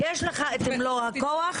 יש לך את מלוא הכוח.